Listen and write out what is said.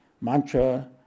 mantra